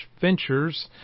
Ventures